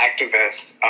activists